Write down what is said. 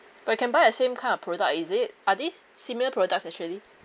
but you can buy a same kind of product is it are these similar products actually